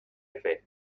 fer